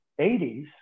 80s